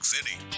City